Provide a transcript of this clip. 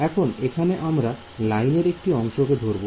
এখন এখানে আমরা লাইনের একটি অংশকে ধরবো